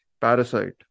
Parasite